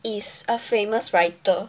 is a famous writer